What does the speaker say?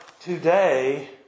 today